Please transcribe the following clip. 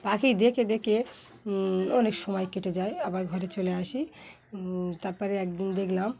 পাখি দেখে দেখে অনেক সময় কেটে যায় আবার ঘরে চলে আসি তারপরে একদিন দেখলাম